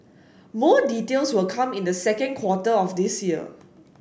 more details will come in the second quarter of this year